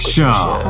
Show